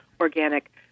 organic